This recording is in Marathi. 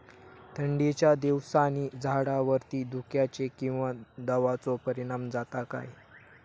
थंडीच्या दिवसानी झाडावरती धुक्याचे किंवा दवाचो परिणाम जाता काय?